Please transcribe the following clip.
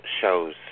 shows